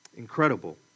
Incredible